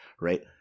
right